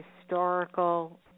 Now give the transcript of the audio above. historical